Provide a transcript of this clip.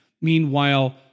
Meanwhile